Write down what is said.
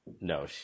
No